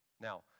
Now